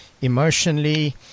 emotionally